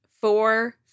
four